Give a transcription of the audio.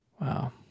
Wow